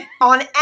on